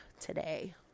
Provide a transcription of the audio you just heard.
today